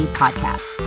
podcast